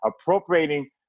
appropriating